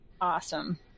Awesome